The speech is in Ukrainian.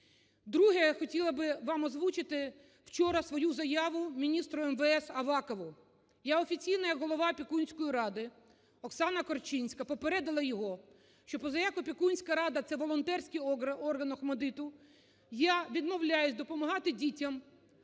Друге, я хотіла би вам озвучити вчора свою заяву міністру МВС Авакову. Я офіційно як голова Опікунської ради, Оксана Корчинська попередила його що позаяк Опікунська рада – це волонтерський орган "ОХМАТДИТу", я відмовляюсь допомагати дітям